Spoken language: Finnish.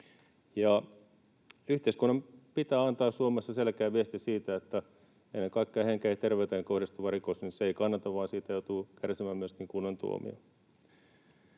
Yhteiskunnan pitää antaa Suomessa selkeä viesti siitä, että ennen kaikkea henkeen ja terveyteen kohdistuva rikos ei kannata vaan siitä joutuu kärsimään myöskin kunnon tuomion.